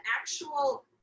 actual